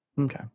Okay